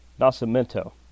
Nascimento